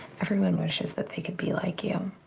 everyone wishes that they could be like you.